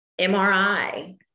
MRI